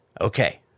Okay